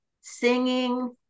singing